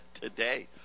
today